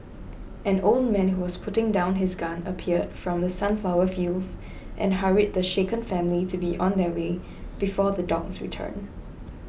an old man who was putting down his gun appeared from the sunflower fields and hurried the shaken family to be on their way before the dogs return